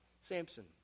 Samson